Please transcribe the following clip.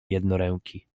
jednoręki